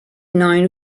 known